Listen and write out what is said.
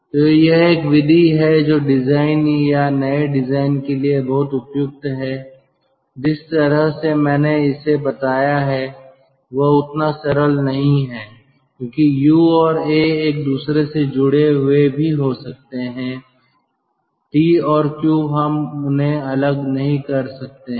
तो यह एक विधि है जो डिजाइन या नए डिजाइन के लिए बहुत उपयुक्त है जिस तरह से मैंने इसे बताया है वह उतना सरल नहीं है क्योंकि Uऔर a एक दूसरे से जुड़े हुए भी हो सकते हैं T और Q हम उन्हें अलग नहीं कर सकते हैं